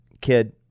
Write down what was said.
kid